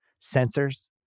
sensors